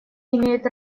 имеют